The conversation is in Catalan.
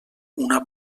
una